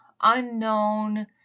unknown